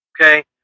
Okay